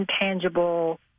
intangible